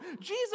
Jesus